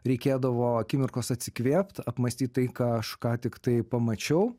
reikėdavo akimirkos atsikvėpt apmąstyt ką aš ką tiktai pamačiau